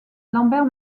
lambert